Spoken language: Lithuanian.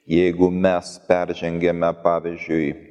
jeigu mes peržengiame pavyzdžiui